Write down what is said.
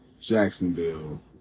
Jacksonville